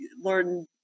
learn